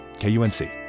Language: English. KUNC